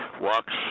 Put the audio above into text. walks